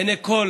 לעיני כל